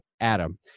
Adam